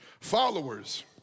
followers